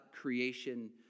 creation